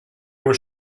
were